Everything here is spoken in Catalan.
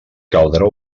caldrà